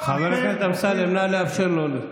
כמה אתם בקואליציה?